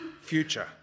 future